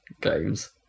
games